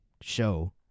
show